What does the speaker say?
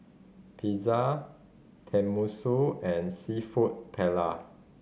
Pizza Tenmusu and Seafood Paella